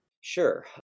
Sure